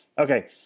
Okay